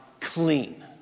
clean